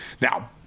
Now